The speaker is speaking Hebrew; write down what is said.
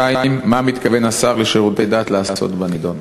2. מה מתכוון השר לשירותי דת לעשות בנדון?